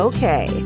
Okay